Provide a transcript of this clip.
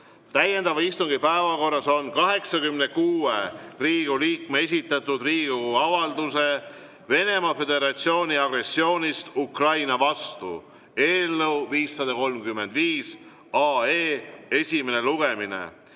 Täiendava istungi päevakorras on 86 Riigikogu liikme esitatud Riigikogu avalduse "Venemaa Föderatsiooni agressioonist Ukraina vastu" eelnõu 535 esimene lugemine.